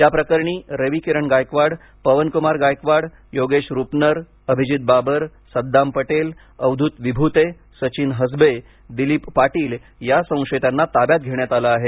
या प्रकरणी रविकिरण गायकवाड पवनकुमार गायकवाड योगेश रुपनर अभिजीत बाबर सद्दाम पटेल अवधूत विभुते सचिन हसबे दिलीप पाटील या संशयितांना ताब्यात घेण्यात आलं आहे